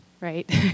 right